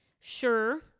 Sure